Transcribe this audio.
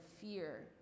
fear